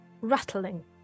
rattling